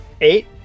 Eight